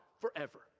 forever